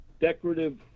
decorative